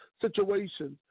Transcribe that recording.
situations